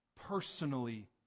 personally